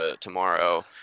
tomorrow